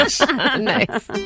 Nice